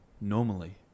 Normally